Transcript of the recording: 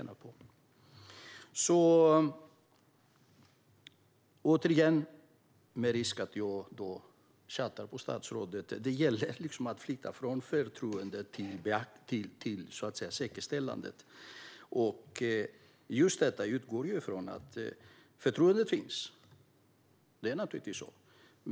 Jag vill återigen säga, med risk att jag tjatar på statsrådet, att det gäller att så att säga flytta från förtroende till säkerställande. Förtroendet finns naturligtvis.